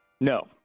No